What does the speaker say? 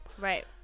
Right